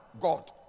God